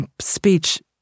speech